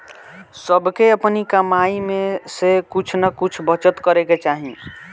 सबके अपनी कमाई में से कुछ नअ कुछ बचत करे के चाही